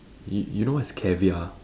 you you know what is caviar